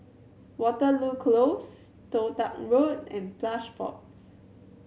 Waterloo Close Toh Tuck Road and Plush Pods